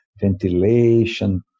ventilation